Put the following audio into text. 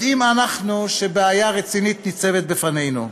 יודעים אנחנו שבעיה רצינית ניצבת בפנינו.